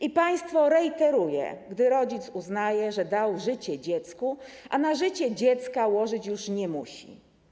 I państwo rejteruje, gdy rodzic uznaje, że dał życie dziecku, a na życie dziecka łożyć już nie musi.